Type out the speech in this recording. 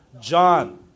John